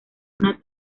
una